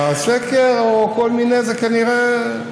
הסקר או כל מיני, זה כנראה,